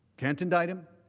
can't indict him